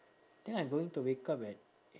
then I'm going to wake up at